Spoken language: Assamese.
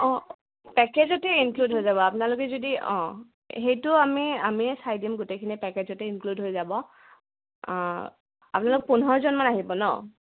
অঁ পেকেজতে ইনক্লুড হৈ যাব আপোনালোকে যদি অঁ সেইটো আমি আমিয়ে চাই দিম গোটেইখিনি পেকেজতে ইনক্লুড হৈ যাব আপোনালোক পোন্ধৰজনমান আহিব নহ্